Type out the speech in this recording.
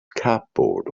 cupboard